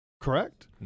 correct